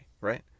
right